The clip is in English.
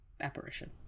apparition